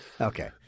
Okay